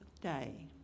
day